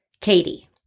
Katie